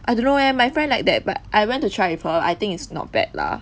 I don't know leh my friend like that but I went to try with her I think it's not bad lah